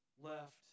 left